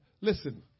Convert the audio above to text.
listen